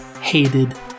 hated